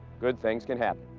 good things can happen.